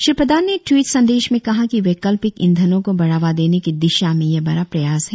श्री प्रधान ने टवीट संदेश में कहा कि वैकल्पिक ईंधनों को बढ़ावा देने की दिशा में यह बड़ा प्रयास है